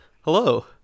Hello